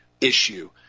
Issue